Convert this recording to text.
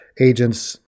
agents